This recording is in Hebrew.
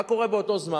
מה קורה באותו זמן?